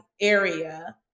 area